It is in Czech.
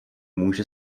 může